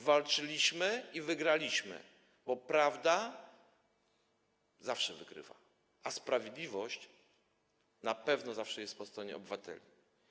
Walczyliśmy i wygraliśmy, bo prawda zawsze wygrywa, a sprawiedliwość na pewno zawsze jest po stronie obywateli.